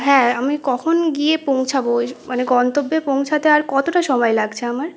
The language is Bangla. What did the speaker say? হ্যাঁ আমি কখন গিয়ে পৌঁছাবো ওই যো মানে গন্তব্যে পৌঁছাতে আর কতটা সময় লাগছে আমার